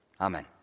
Amen